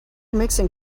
mixing